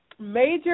Major